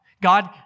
God